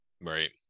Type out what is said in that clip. right